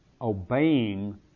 obeying